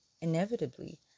inevitably